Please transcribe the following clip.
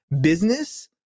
Business